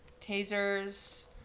Tasers